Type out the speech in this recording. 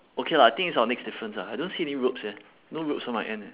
okay lah I think it's our next difference ah I don't see any ropes eh no ropes on my end eh